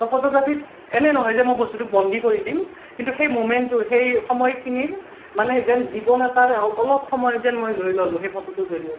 তো ফটোগ্ৰাফীত এনে নহয় যে মই বস্তুটোক বন্দী কৰি দিম কিন্তু সেই মমেণ্টটোৰ সেই সময়খিনিৰ মানে যেন জীৱন এটাৰ অলপ সময় যেন মই লৈ ল'লো সেই ফটোটোৰ জৰিয়তে